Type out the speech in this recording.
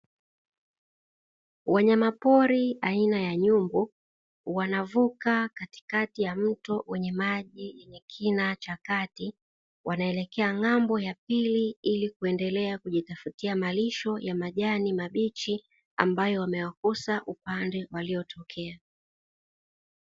Wanyamapori aina ya nyumbu wanavuka katikati ya mto wenye maji yenye kina cha kati, wanaelekea ng'ambo ya pili ili kujitafutia malisho ya majani ya kijani kibichi ambayo wameyakosa upande waliotokea.